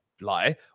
lie